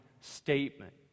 statement